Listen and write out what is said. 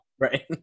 Right